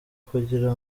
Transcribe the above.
kugira